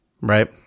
Right